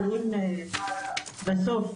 בסוף,